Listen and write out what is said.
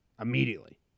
immediately